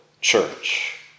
church